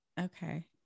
Okay